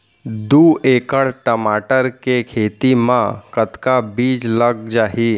दू एकड़ टमाटर के खेती मा कतका बीजा लग जाही?